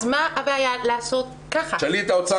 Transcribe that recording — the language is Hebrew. אז מה הבעיה לעשות ככה?